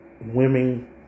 women